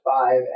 five